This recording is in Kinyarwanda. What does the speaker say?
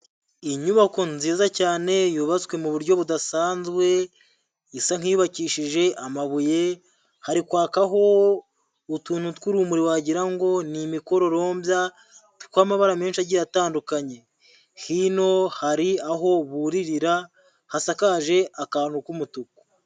Inyubako nziza cyane yubatswe mu buryo budasanzwe, isa nk'iyubakishije amabuye, hari kwakaho utuntu tw'urumuri wagira ngo ni imikororombya tw'amabara menshi agiye atandukanye, hino hari aho buririra hasakaje akantu k'umutuku.